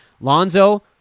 Lonzo